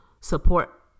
support